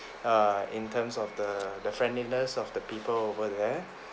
mm in terms of the the friendliness of the people over there